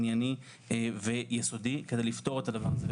ענייני ויסודי כדי לפתור את הדבר הזה.